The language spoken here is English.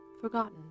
forgotten